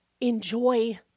enjoy